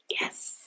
Yes